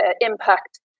impact